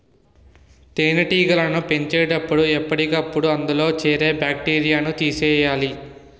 తేనెటీగలను పెంచినపుడు ఎప్పటికప్పుడు అందులో చేరే బాక్టీరియాను తీసియ్యాలి